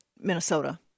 Minnesota